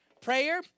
Prayer